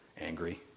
angry